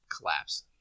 collapse